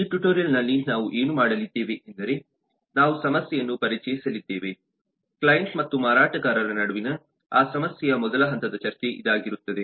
ಈ ಟ್ಯುಟೋರಿಯಲ್ ನಲ್ಲಿ ನಾವು ಏನು ಮಾಡಲಿದ್ದೇವೆ ಎಂದರೆ ನಾವು ಸಮಸ್ಯೆಯನ್ನು ಪರಿಚಯಿಸಲಿದ್ದೇವೆ ಕ್ಲೈಂಟ್ ಮತ್ತು ಮಾರಾಟಗಾರರ ನಡುವಿನ ಆ ಸಮಸ್ಯೆಯ ಮೊದಲ ಹಂತದ ಚರ್ಚೆ ಇದಾಗಿರುತ್ತದೆ